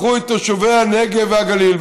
הפכו את יישובי הנגב והגליל,